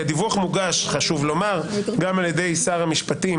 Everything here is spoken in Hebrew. חשוב לומר שהדיווח מוגש גם על ידי שר המשפטים